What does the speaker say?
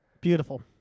Beautiful